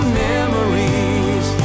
memories